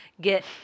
get